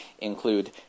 include